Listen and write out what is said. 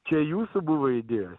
čia jūsų buvo idėja